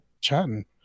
chatting